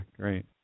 great